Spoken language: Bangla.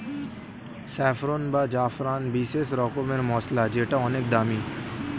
স্যাফরন বা জাফরান বিশেষ রকমের মসলা যেটা অনেক দামি